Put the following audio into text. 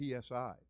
PSI